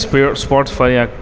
સ્પે spots ફર્યા